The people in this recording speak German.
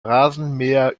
rasenmäher